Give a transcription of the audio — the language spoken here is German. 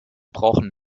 brauchen